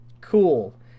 cool